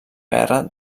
guerra